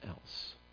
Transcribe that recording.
else